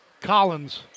Collins